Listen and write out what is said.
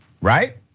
right